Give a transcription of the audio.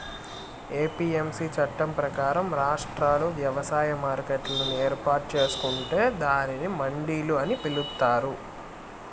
APMC చట్టం ప్రకారం, రాష్ట్రాలు వ్యవసాయ మార్కెట్లను ఏర్పాటు చేసుకొంటే దానిని మండిలు అని పిలుత్తారు